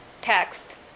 text